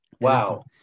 Wow